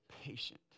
patient